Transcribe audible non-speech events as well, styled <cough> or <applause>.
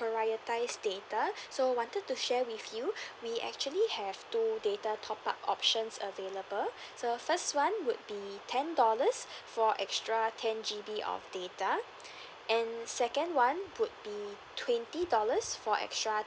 prioritise data so wanted to share with you <breath> we actually have two data top up options available the first one would be ten dollars for extra ten G_B of data and second one would be twenty dollars for extra